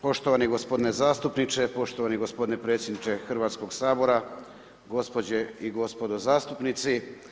Poštovani gospodine zastupniče, poštovani gospodine predsjedniče Hrvatskog sabora, gospođe i gospodo zastupnici.